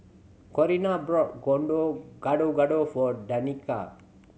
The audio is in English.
Corrina bought Gado Gado for Danika